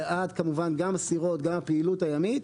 וכמובן גם בעד סירות וגם הפעילות הימית,